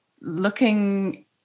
looking